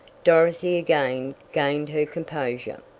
dorothy again gained her composure.